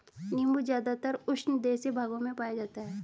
नीबू ज़्यादातर उष्णदेशीय भागों में पाया जाता है